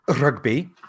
rugby